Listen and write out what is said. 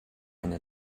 eine